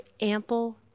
ample